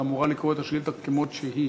את אמורה לקרוא את השאילתה כמות שהיא.